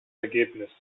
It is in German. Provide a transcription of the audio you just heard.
ergebnis